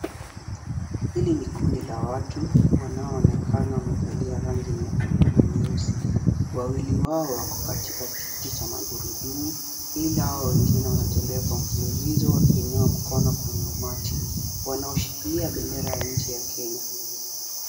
Hili ni kundi la watu wanao onekana wamevalia rangi nyekundu na nyeusi. Wawili wao wako katika kiti cha magurudumu ila wengine wanatembea kwa mfululizo wakiinua mkono kwenye umati. Wanaishikilia bendera ya nchi ya Kenya.